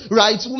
right